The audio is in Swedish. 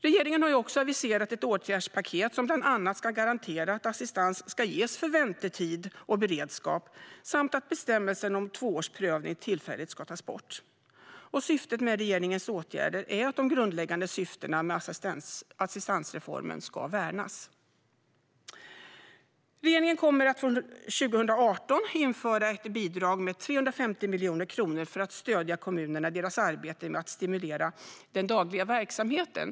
Regeringen har också aviserat ett åtgärdspaket som bland annat ska garantera att assistans ska ges för väntetid och beredskap samt att bestämmelsen om tvåårsomprövning tillfälligt ska tas bort. Syftet med regeringens åtgärder är att de grundläggande syftena med assistansreformen ska värnas. Regeringen kommer från 2018 att införa ett bidrag med 350 miljoner kronor för att stödja kommunerna i deras arbete med att stimulera den dagliga verksamheten.